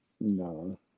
No